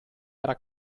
era